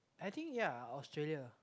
I think yeah Australia